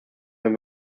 wenn